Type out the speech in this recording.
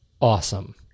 awesome